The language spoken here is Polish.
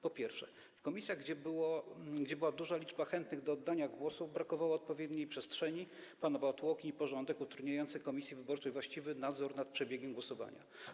Po pierwsze, w komisjach, gdzie była duża liczba chętnych do oddania głosów, brakowało odpowiedniej przestrzeni, panował tłok i porządek utrudniający komisji wyborczej właściwy nadzór nad przebiegiem głosowania.